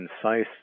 concise